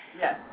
Yes